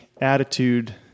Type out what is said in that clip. attitude